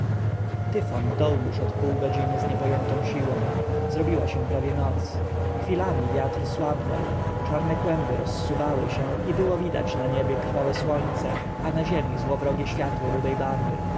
tyfon dął już od pół godziny z niepojętą siłą zrobiła się prawie noc chwilami wiatr słabnął czarne kłęby rozsuwały się i było widać na niebie krwawe słońce a na ziemi złowrogie światło rudej barwy